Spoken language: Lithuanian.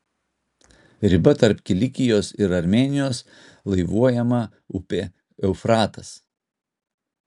riba tarp kilikijos ir armėnijos laivuojama upė eufratas